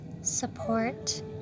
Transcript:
support